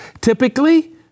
typically